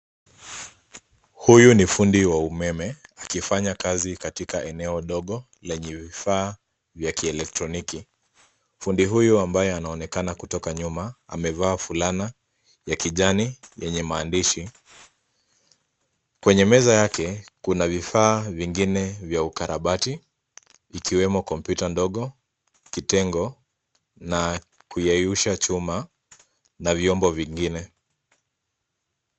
Huyu ni fundi wa umeme akifanya kazi katika eneo ndogo lenye vifaa vya kieletroniki. Fundi huyu ambaye anaonekana kutoka nyuma, amevaa fulana ya kijani yenye maandishi. Kwenye meza yake, kuna vifaa vingine vya ukarabati ikiwemo kompyuta ndogo, kitengo na kuyeyusha chuma na vyombo vingine.